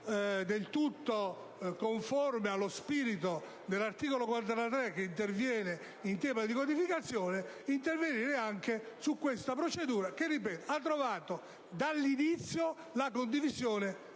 del tutto conforme allo spirito dell'articolo 43, che riguarda la codificazione, intervenire anche su questa procedura che - ripeto - ha trovato dall'inizio la condivisione